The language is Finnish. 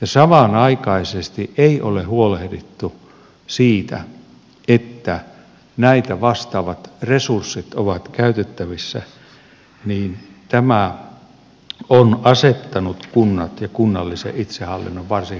ja samanaikaisesti ei ole huolehdittu siitä että näitä vastaavat resurssit ovat käytettävissä tämä on asettanut kunnat ja kunnallisen itsehallinnon varsin haasteelliseen asemaan